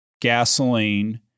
gasoline